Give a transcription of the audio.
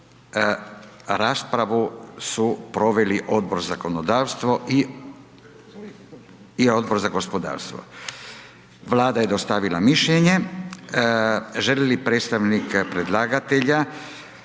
za zakonodavstvo i Odbor za gospodarstvo. Vlada je dostavila mišljenje. Želi li predstavnik predlagatelja,